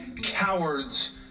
cowards